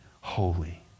holy